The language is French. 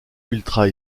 ultra